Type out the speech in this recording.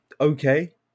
okay